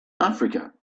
africa